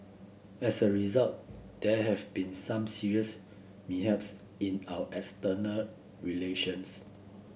as a result there have been some serious mishaps in our external relations